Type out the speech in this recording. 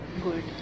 good